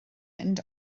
mynd